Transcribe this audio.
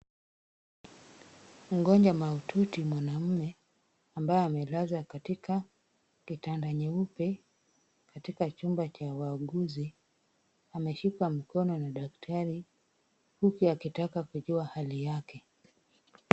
Mgonjwa mahututi mwanaume ambaye amelazwa katika kitanda cheupe katika chumba cha wauuguzi, ameshikwa mkono na daktari, huku akitaka kujua hali yake.